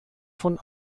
von